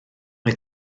mae